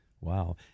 wow